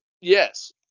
yes